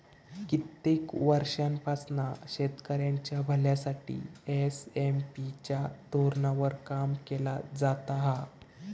कित्येक वर्षांपासना शेतकऱ्यांच्या भल्यासाठी एस.एम.पी च्या धोरणावर काम केला जाता हा